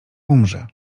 umrze